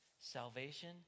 salvation